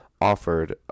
offered